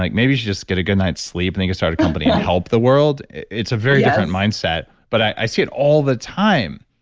like maybe you should just get a good night's sleep and then go start a company and help the world. it's a very different mindset but i see it all the time.